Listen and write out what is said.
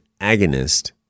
agonist